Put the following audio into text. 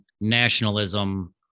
nationalism